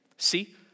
See